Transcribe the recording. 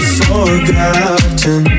forgotten